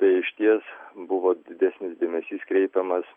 tai išties buvo didesnis dėmesys kreipiamas